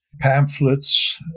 pamphlets